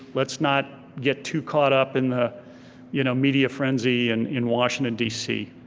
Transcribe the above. let's not get too caught up in the you know media frenzy and in washington dc.